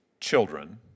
children